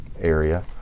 area